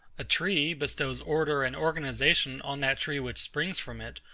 a tree bestows order and organisation on that tree which springs from it,